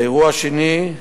האירוע השני,